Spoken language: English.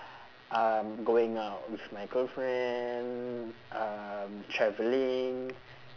um going out with my girlfriend um travelling